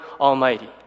Almighty